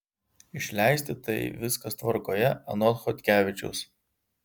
išleisti tai viskas tvarkoje anot chodkevičiaus